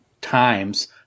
times